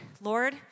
Lord